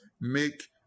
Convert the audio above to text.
make